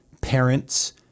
parents